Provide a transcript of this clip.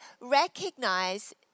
recognize